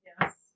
Yes